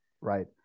Right